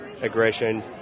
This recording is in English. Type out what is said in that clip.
aggression